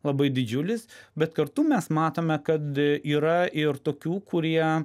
labai didžiulis bet kartu mes matome kad yra ir tokių kurie